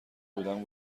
بودم